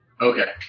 Okay